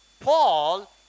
Paul